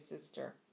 sister